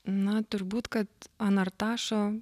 na turbūt kad anartašo